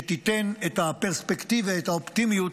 שתיתן את הפרספקטיבה, את האופטימיות,